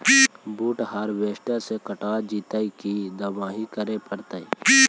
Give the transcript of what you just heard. बुट हारबेसटर से कटा जितै कि दमाहि करे पडतै?